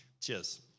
Cheers